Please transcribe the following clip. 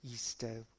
Easter